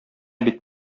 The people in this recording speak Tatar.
бит